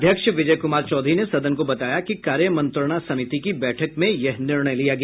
अध्यक्ष विजय कुमार चौधरी ने सदन को बताया कि कार्य मंत्रणा समिति की बैठक में यह निर्णय लिया गया